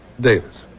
Davis